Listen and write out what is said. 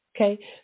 Okay